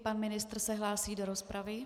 Pan ministr se hlásí do rozpravy.